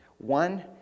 One